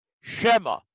Shema